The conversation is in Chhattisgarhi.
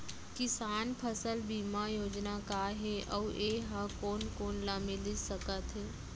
किसान फसल बीमा योजना का हे अऊ ए हा कोन कोन ला मिलिस सकत हे?